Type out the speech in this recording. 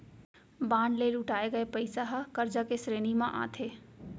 bond ले जुटाए गये पइसा ह करजा के श्रेणी म आथे